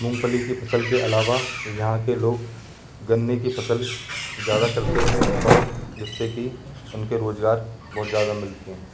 मूँगफली के फ़सल के अलावा यहाँ के लोग गन्ने की फ़सल ज़्यादा करते हैं और जिससे कि उनको रोज़गार बहुत ज़्यादा मिलता है